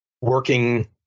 working